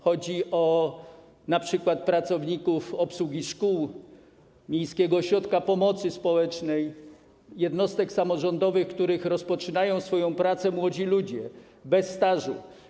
Chodzi np. o pracowników obsługi szkół, miejskich ośrodków pomocy społecznej, jednostek samorządowych, w których rozpoczynają pracę młodzi ludzie bez stażu.